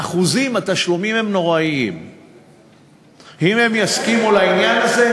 האיסור נדרש מכיוון ששוק הנפט,